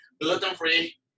gluten-free